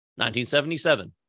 1977